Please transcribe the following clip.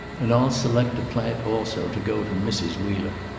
and i'll select a plant also, to go to mrs. wheeler.